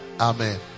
Amen